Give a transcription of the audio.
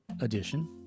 edition